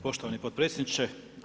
Poštovani potpredsjedniče.